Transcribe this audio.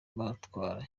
batwara